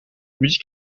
musique